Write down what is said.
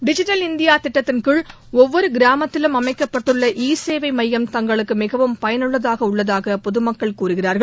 digital India திட்டத்தின் கீழ் ஒவ்வொரு கிராமத்திலும் அமைக்கப்பட்டுள்ள இ சேவை மையம் தங்களுக்கு மிகவும் பயனுள்ளதாக உள்ளது என்று பொதுமக்கள் கூறுகிறார்கள்